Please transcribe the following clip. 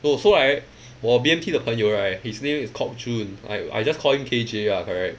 oh so I 我 B_M_T 的朋友 right his name is called june I I just call K J ah correct